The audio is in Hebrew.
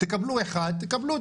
תקבלו אחד תקבלו,